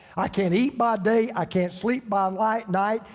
i can't eat by day, i can't sleep by um like night.